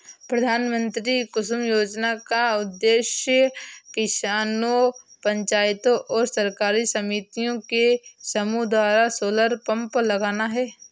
प्रधानमंत्री कुसुम योजना का उद्देश्य किसानों पंचायतों और सरकारी समितियों के समूह द्वारा सोलर पंप लगाना है